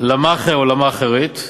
למאכער או למאכערית,